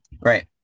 right